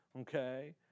okay